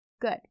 good